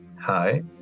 hi